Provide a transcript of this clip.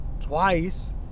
twice